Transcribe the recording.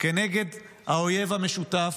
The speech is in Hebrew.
כנגד האויב המשותף,